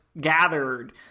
gathered